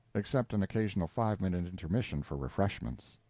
except an occasional five-minute intermission for refreshments.